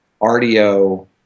RDO